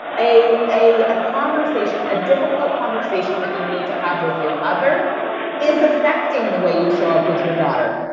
a a conversation, a difficult conversation that you need to have with your mother is affecting the way you show up with your daughter,